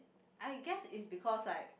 I guess it's because like